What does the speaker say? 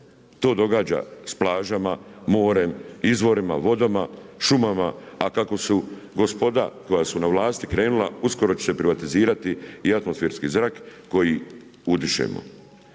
to događa sa plažama, morem, izvorima, vodama, šumama a kako su gospoda koja su na vlasti krenula, uskoro će se privatizirati i atmosferski zrak koji udišemo.